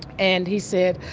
and he said,